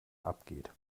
abgeht